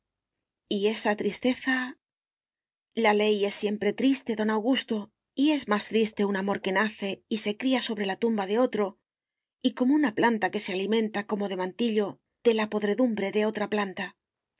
esa tristeza la ley es siempre triste don augusto y es más triste un amor que nace y se cría sobre la tumba de otro y como una planta que se alimenta como de mantillo de la podredumbre de otra planta